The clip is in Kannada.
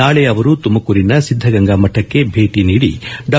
ನಾಳೆ ಅವರು ತುಮಕೂರಿನ ಸಿದ್ಗಗಂಗಾ ಮಠಕ್ಕೆ ಭೇಟಿ ನೀಡಿ ಡಾ